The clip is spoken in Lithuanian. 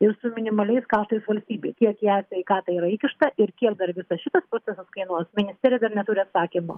ir su minimaliais kaštais valstybei kiek į e sveikatą yra įkišta ir kiek dar visas šitas procesas kainuos ministerija dar neturi atsakymo